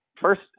first